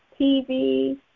TV